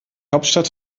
hauptstadt